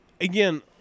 again